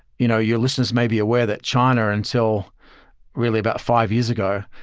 you know your listeners may be aware that china, until really about five years ago,